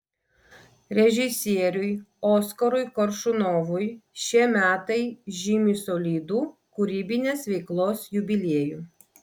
režisieriui oskarui koršunovui šie metai žymi solidų kūrybinės veiklos jubiliejų